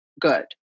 good